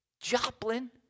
Joplin